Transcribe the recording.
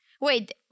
Wait